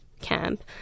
camp